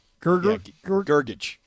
Gergich